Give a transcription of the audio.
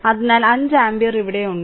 അതിനാൽ 5 ആമ്പിയർ ഇവിടെയുണ്ട്